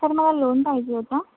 sir मला loan पाहिजे होतं